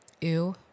Ew